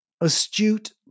astute